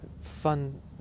fun